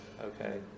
Okay